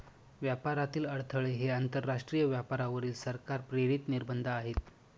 व्यापारातील अडथळे हे आंतरराष्ट्रीय व्यापारावरील सरकार प्रेरित निर्बंध आहेत